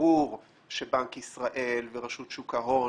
ברור שבנק ישראל ורשות שוק ההון